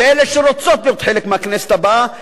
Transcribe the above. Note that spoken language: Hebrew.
ואלה שרוצות להיות חלק מהכנסת הבאה,